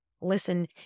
listen